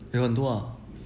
有很多 ah